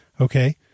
Okay